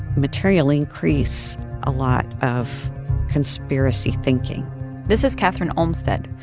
materially increase a lot of conspiracy thinking this is kathryn olmsted.